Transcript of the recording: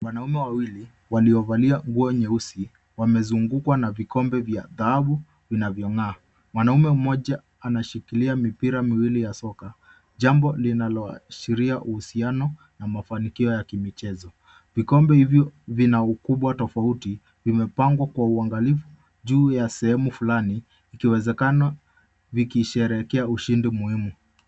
Wanaume wawili waliovalia nguo nyeusi wamezungukwa na vikombe vya dhahabu vinavyong'aa Mwanaume mmoja anashikilia mipira miwili ya soka jambo linaloashiria uhusiano na mafanikio ya kimichezo. Vikombe hivyo vina ukubwa tofauti vimepangwa kwa uangalifu juu ya sehemu fulani, ikiwezekana vikisherekea ushindi muhimu.